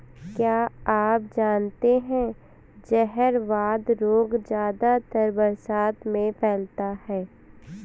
क्या आप जानते है जहरवाद रोग ज्यादातर बरसात में फैलता है?